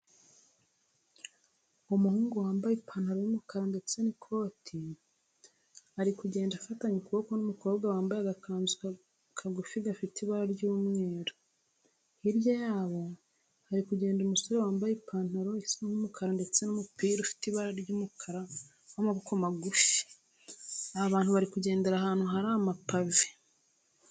Umuhungu wambaye ipantaro y'umukara ndetse n'ikote ari kugenda afatanye ukuboko n'umukobwa wambaye agakanzu kagufi gafite ibara ry'umweru. Hirya yabo hari kugenda umusore wambaye ipantaro isa nk'umukara ndetse n'umupira ufite ibara ry'umukara w'amaboko magufi. Aba bantu bari kugendera ahantu hari amapave.